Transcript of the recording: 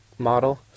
model